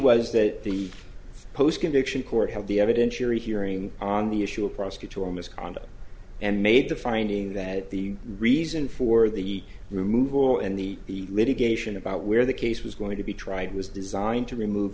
was that the post conviction court have the evidentiary hearing on the issue of prosecutorial misconduct and made the finding that the reason for the removal and the litigation about where the case was going to be tried was designed to remove